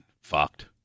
fucked